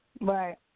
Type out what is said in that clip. Right